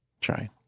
Try